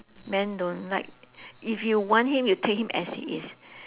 men don't like if you want him you take him as he is